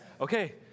Okay